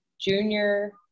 junior